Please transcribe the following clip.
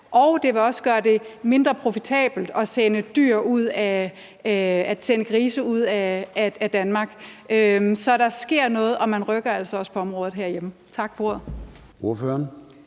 Det vil også gøre det mindre profitabelt at sende grise ud af Danmark. Så der sker noget, og man rykker altså også på området herhjemme. Tak for ordet.